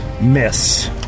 Miss